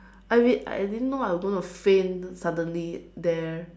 I didn't I didn't know I was going to faint suddenly there